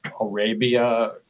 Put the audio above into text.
arabia